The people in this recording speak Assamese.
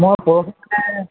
মই পৰহিলৈ